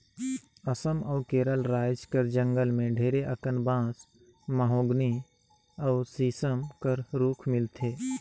असम अउ केरल राएज कर जंगल में ढेरे अकन बांस, महोगनी अउ सीसम कर रूख मिलथे